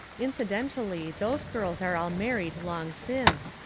incidentally, those girls are all married long since,